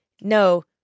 no